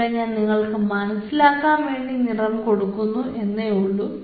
ഇവിടെ ഞാൻ നിങ്ങൾക്ക് മനസ്സിലാക്കാൻ വേണ്ടി നിറം കൊടുക്കുന്നു എന്നേയുള്ളൂ